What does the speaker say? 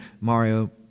Mario